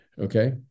okay